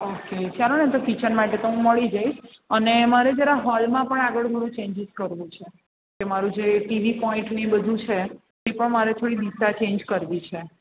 okay ચાલો ને તો કિચન માટે તો હું મળી જઈશ અને મારે જરા હોલમાં પણ આગળ થોડું ચેન્જીસ કરવું છે કે મારું જે ટીવી પોઈન્ટ ને એ બધું છે એ પણ મારે થોડી દિશા ચેંજ કરવી છે